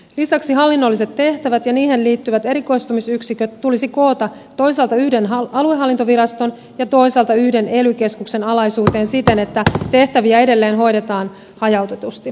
lisäksi hallinnolliset tehtävät ja niihin liittyvät erikoistumisyksiköt tulisi koota toisaalta yhden aluehallintoviraston ja toisaalta yhden ely keskuksen alaisuuteen siten että tehtäviä edelleen hoidetaan hajautetusti